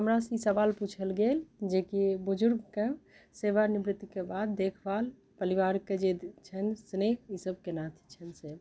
हमरासँ ई सवाल पूछल गेल जेकि बुजुर्गके सेवा निवृतिके बाद देखभाल परिवारके जे छनि स्नेह ई सब केना होइत छनि से